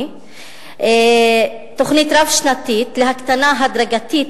בדבר תוכנית רב-שנתית להקטנה הדרגתית